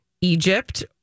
Egypt